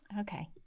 Okay